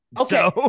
Okay